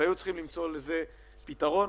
צריך למצוא לזה פתרון.